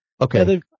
Okay